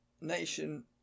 nation